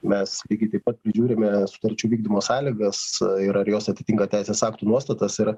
mes lygiai taip pat prižiūrime sutarčių vykdymo sąlygas ir ar jos atitinka teisės aktų nuostatas ir